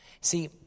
See